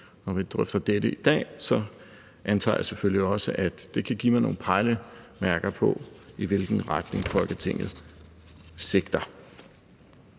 Når vi drøfter dette i dag, antager jeg selvfølgelig også, at det kan give mig nogle pejlemærker på, i hvilken retning Folketinget sigter.